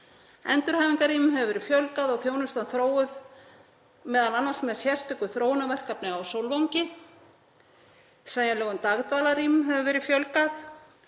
Endurhæfingarrýmum hefur verið fjölgað og þjónustan þróuð, m.a. með sérstöku þróunarverkefni á Sólvangi. Sveigjanlegum dagdvalarrýmum hefur verið fjölgað